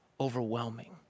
overwhelming